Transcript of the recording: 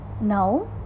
now